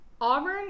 Auburn